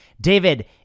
David